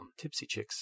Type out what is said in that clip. Tipsychicks